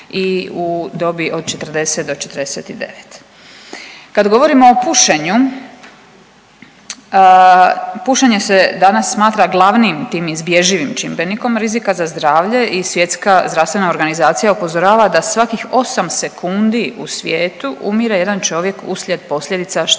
i u dobi od 40 do 49. Kad govorimo o pušenju, pušenje se danas smatra glavnim tim izbježivim čimbenikom rizika za zdravlje i Svjetska zdravstvena organizacija upozorava da svakih osam sekundi u svijetu umire jedan čovjek uslijed posljedica štetnog